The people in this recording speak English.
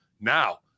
now